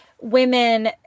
women